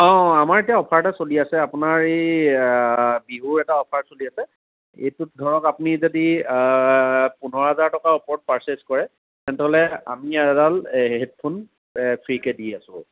অ' আমাৰ এতিয়া অফাৰ এটা চলি আছে আপোনাৰ এই বিহুৰ এটা অফাৰ চলি আছে এইটোত ধৰক আপুনি যদি পোন্ধৰ হাজাৰ টকাৰ ওপৰত পাৰ্চেচ কৰে তেনেহ'লে আমি এডাল হেডফোন ফ্ৰীকে দি আছোঁ